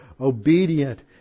obedient